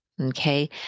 okay